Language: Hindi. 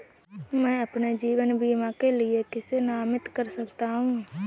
मैं अपने जीवन बीमा के लिए किसे नामित कर सकता हूं?